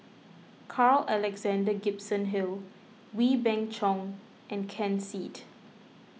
Carl Alexander Gibson Hill Wee Beng Chong and Ken Seet